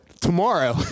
tomorrow